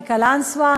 מקלנסואה,